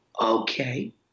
okay